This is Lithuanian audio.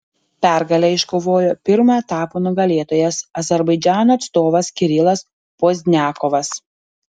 pergalę iškovojo pirmo etapo nugalėtojas azerbaidžano atstovas kirilas pozdniakovas